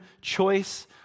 choice